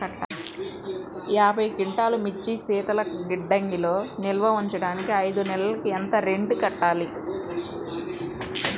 యాభై క్వింటాల్లు మిర్చి శీతల గిడ్డంగిలో నిల్వ ఉంచటానికి ఐదు నెలలకి ఎంత రెంట్ కట్టాలి?